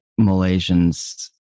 Malaysians